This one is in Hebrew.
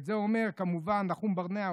את זה אומר כמובן נחום ברנע.